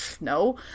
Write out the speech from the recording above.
no